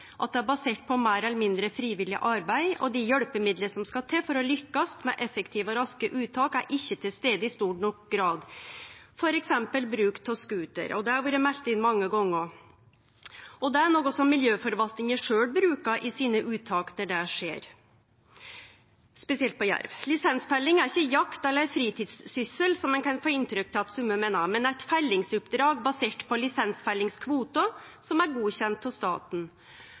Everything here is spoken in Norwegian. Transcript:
for å lykkast med effektive og raske uttak, er ikkje til stades i stor nok grad – f.eks. bruk av scooter. Det har vore meldt inn mange gonger. Det er noko som miljøforvaltninga sjølv bruker i sine uttak der det skjer, spesielt på jerv. Lisensfelling er ikkje jakt eller fritidssyssel, som ein kan få inntrykk av at nokre meiner, men eit fellingsoppdrag basert på lisensfellingskvotar som er godkjende av staten.